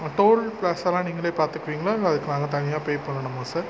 toll பிராசஸ்லாம் நீங்களே பார்த்துக்குவிங்களா இல்லை அதுக்கு நாங்கள் தனியாக பே பண்ணணுமா சார்